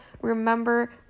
Remember